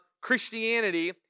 Christianity